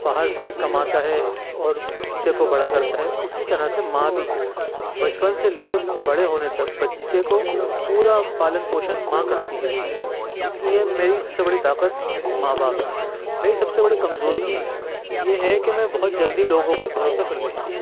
باہر سے کماتا ہے اور بچے کو بڑا کرتا ہے اسی طرح سے ماں بھی بچپن سے لے کے بڑے ہونے تک بچے کو پورا پالن پوشن ماں کرتی ہے اس لئے میری سب سے بڑی طاقت میری ماں باپ ہے میری سب سے بڑی کمزوری یہ ہے کہ میں بہت جلدی لوگوں پر بھروسہ کر لیتا ہوں